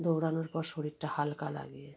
দৌড়ানোর পর শরীরটা হালকা লাগে